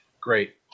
Great